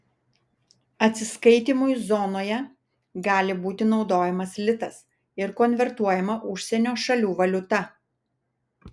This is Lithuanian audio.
atsiskaitymui zonoje gali būti naudojamas litas ir konvertuojama užsienio šalių valiuta